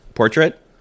portrait